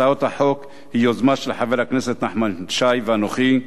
הצעת החוק היא יוזמה של חבר הכנסת נחמן שי ואנוכי.